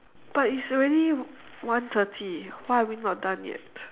but it's already one thirty why are we not done yet